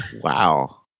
Wow